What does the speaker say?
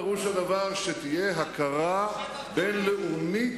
פירוש הדבר שתהיה הכרה בין-לאומית,